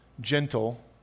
gentle